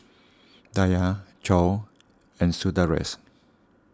Dhyan Choor and Sundaresh